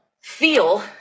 feel